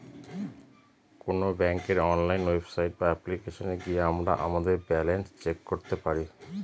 কোন ব্যাঙ্কের online website বা অ্যাপ্লিকেশনে গিয়ে আমরা আমাদের ব্যালান্স চেক করতে পারি